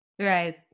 right